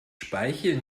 speichel